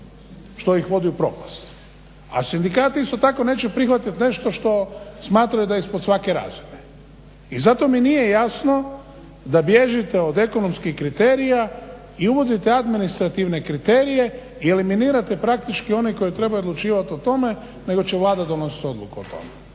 što ih vodi u propast. A sindikati isto tako neće prihvatit nešto što smatraju da je ispod svake razine. I zato mi nije jasno da bježite od ekonomskih kriterija i uvodite administrativne kriterije i eliminirate praktički one koji trebaju odlučivati o tome, nego će Vlada donositi odluku o tome